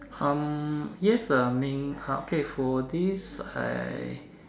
um yes I mean uh okay for this I